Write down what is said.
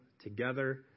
together